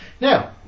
Now